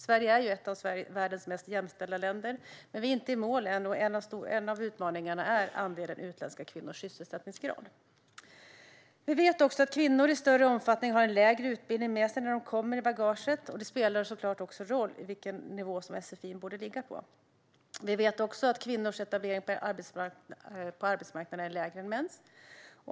Sverige är ett av världens mest jämställda länder, men vi är inte i mål ännu. En av utmaningarna är utländskt födda kvinnors sysselsättningsgrad. Vi vet också att kvinnor i större omfattning har en lägre utbildning med sig i bagaget när de kommer. Det spelar såklart också roll vilken nivå som sfi:n borde ligga på. Vi vet också att kvinnors etablering på arbetsmarknaden är lägre än mäns.